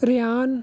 ryan